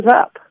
up